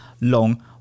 long